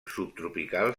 subtropical